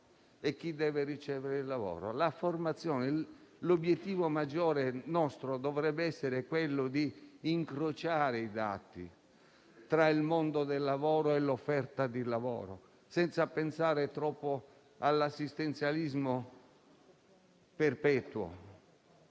e chi deve riceverlo, non c'è formazione. Il nostro maggiore obiettivo dovrebbe essere quello di incrociare i dati tra il mondo del lavoro e l'offerta di lavoro, senza pensare troppo all'assistenzialismo perpetuo.